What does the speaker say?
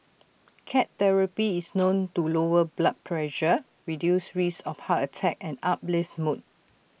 cat therapy is known to lower blood pressure reduce risks of heart attack and uplift mood